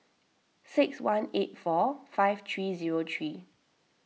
six one eight four five three zero three